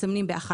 מסמנים ב-1,